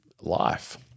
life